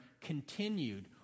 continued